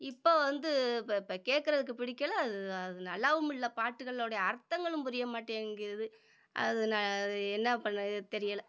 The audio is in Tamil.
இப்போ வந்து ப ப கேட்கறதுக்கு பிடிக்கலை அது அது நல்லாவும் இல்லை பாட்டுகளோடய அர்த்தங்களும் புரிய மாட்டேங்கிது அது ந என்ன பண்ணுறதுனு தெரியலை